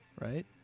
right